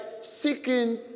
seeking